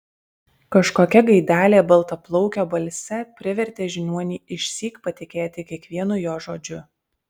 kažkokia gaidelė baltaplaukio balse privertė žiniuonį išsyk patikėti kiekvienu jo žodžiu